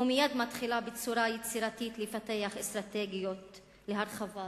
ומייד מתחילה בצורה יצירתית לפתח אסטרטגיות להרחבת